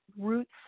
roots